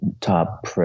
top